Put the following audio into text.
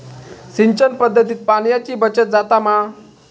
सिंचन पध्दतीत पाणयाची बचत जाता मा?